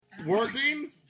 Working